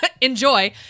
enjoy